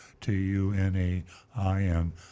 T-U-N-E-I-N